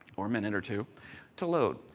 or minute or two to load,